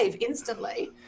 instantly